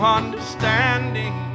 understanding